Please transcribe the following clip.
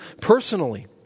personally